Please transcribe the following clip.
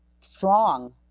strong